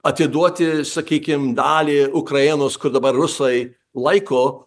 atiduoti sakykim dalį ukrainos kur dabar rusai laiko